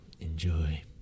enjoy